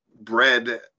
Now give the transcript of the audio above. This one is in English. bread